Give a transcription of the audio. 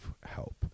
help